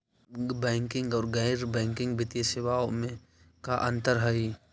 Banking और गैर banking वित्तीय सेवाओं में का अंतर हइ?